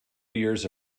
years